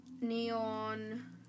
Neon